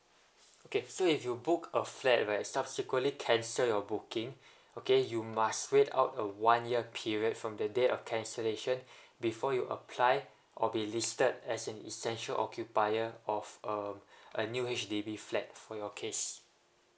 okay so if you book a flat right subsequently cancel your booking okay you must wait out a one year period from the day of cancellation before you apply or be listed as an essential occupier of a a new H_D_B flat for your case